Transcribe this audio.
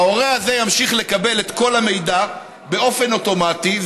ההורה הזה ימשיך לקבל את כל המידע באופן אוטומטי,